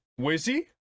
Wizzy